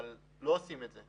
אבל לא עושים את זה.